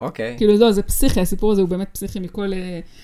אוקיי. כאילו לא, זה פסיכי, הסיפור הזה הוא באמת פסיכי מכל א...